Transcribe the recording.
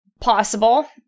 Possible